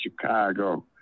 Chicago